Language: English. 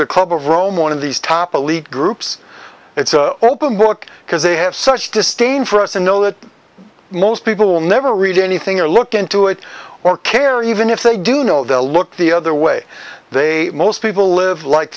the club of rome one of these top elite groups it's an open book because they have such disdain for us to know that most people will never read anything or look into it or care even if they do know the look the other way they most people live like